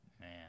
man